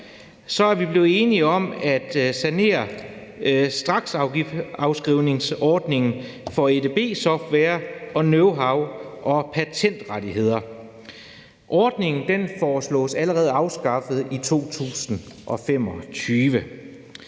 er, er vi blevet enige om at sanere straksafskrivningsordningen for edb-software, knowhow og patentrettigheder. Ordningen foreslås allerede afskaffet i 2025.